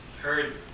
heard